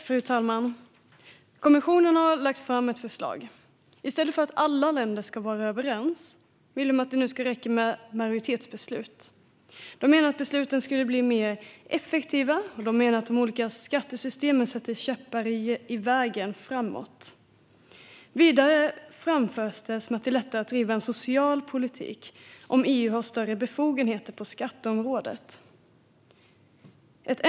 Fru talman! Kommissionen har lagt fram ett förslag. I stället för att alla länder ska vara överens vill man nu att det ska räcka med ett majoritetsbeslut. Man menar att besluten skulle bli mer effektiva och att de olika skattesystemen sätter käppar i hjulet för vägen framåt. Vidare framförs att det är lättare att driva en social politik om EU har större befogenheter på skatteområdet.